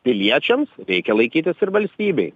piliečiams reikia laikytis ir valstybei